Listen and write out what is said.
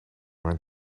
mijn